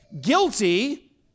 guilty